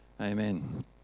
Amen